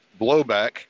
blowback